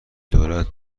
دولت